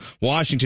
Washington